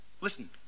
Listen